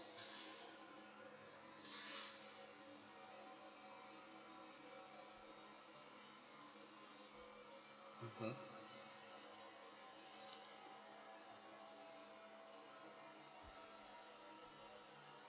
mmhmm